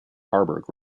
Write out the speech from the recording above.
harburg